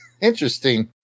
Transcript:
Interesting